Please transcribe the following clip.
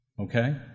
okay